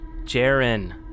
Jaren